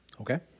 Okay